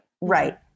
right